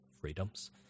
freedoms